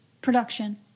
Production